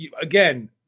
again –